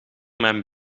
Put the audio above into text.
mijn